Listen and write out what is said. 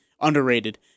underrated